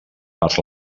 per